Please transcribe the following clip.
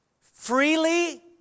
freely